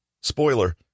Spoiler